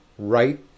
right